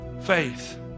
Faith